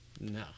No